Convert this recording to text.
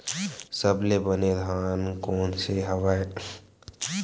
सबले बने धान कोन से हवय?